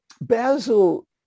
basil